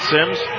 Sims